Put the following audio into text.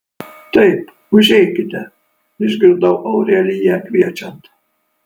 taip užeikite išgirdau aureliją kviečiant